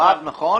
יואב, זה נכון?